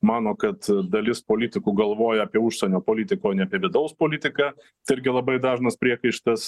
mano kad dalis politikų galvoja apie užsienio politiką o ne apie vidaus politiką tai irgi labai dažnas priekaištas